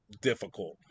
difficult